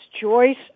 Joyce